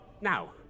Now